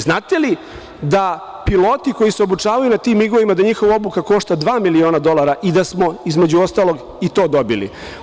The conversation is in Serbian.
Znate li da piloti koji se obučavaju na tim migovima, da njihova obuka košta dva miliona dolara i da smo, između ostalog i to dobili.